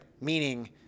meaning